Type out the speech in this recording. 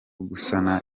gusana